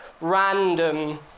random